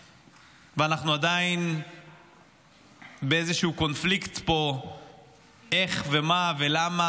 עדיין באיזשהו קונפליקט פה איך ומה ולמה,